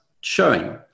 showing